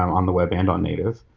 on the web and on native,